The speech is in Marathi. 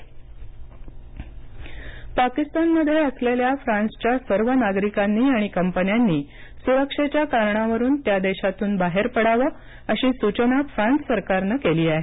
फ्रान्स पाकिस्तान पाकिस्तानमध्ये असलेल्या फ्रान्सच्या सर्व नागरिकांनी आणि कंपन्यांनी सुरक्षेच्या कारणावरून त्या देशातून बाहेर पडावं अशी सूचना फ्रान्स सरकारनं केली आहे